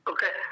Okay